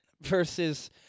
versus